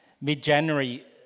Mid-January